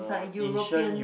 is like a European